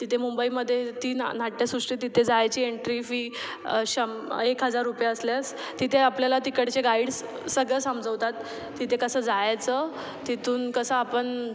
तिथे मुंबईमध्ये ती ना नाट्यसृष्टी तिथे जायची एंट्री फी शं एक हजार रुपये असल्यास तिथे आपल्याला तिकडचे गाईड्स सगळं समजवतात तिथे कसं जायचं तिथून कसं आपण